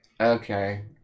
Okay